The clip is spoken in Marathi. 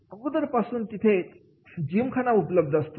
अगोदरपासूनच तिथे जिमखाना उपलब्ध असतो